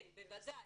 כן, בוודאי.